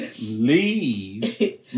Leave